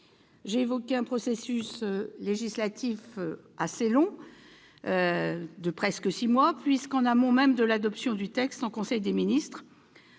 J'ai évoqué un processus législatif déjà long de six mois puisque, en amont même de l'adoption du texte en conseil des ministres,